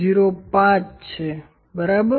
05 છે બરાબર